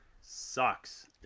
sucks